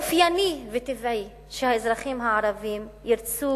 זה אופייני וטבעי שהאזרחים הערבים ירצו